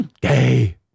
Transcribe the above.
gay